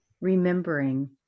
remembering